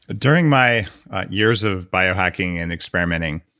ah during my years of biohacking and experimenting,